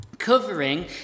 covering